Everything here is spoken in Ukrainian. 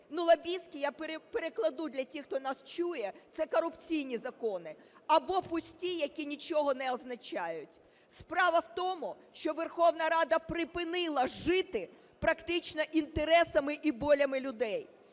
Лобістські, я перекладу для тих, хто нас чує, – це корупційні закони або пусті, які нічого не означають. Справа в тому, що Верховна Рада припинила жити практично інтересами і болями людей,